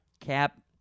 cap